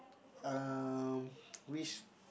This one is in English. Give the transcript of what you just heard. um which